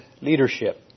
leadership